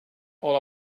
all